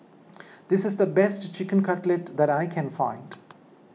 this is the best Chicken Cutlet that I can find